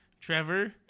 Trevor